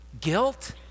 Guilt